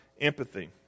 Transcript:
empathy